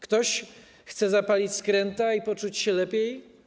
Ktoś chce zapalić skręta i poczuć się lepiej?